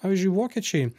pavyzdžiui vokiečiai